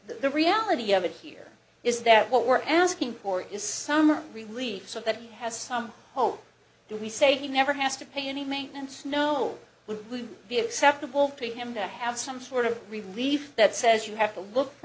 the reality of it here is that what we're asking for is some relief so that he has some hope do we say he never has to pay any maintenance no would be acceptable to him to have some sort of relief that says you have to look for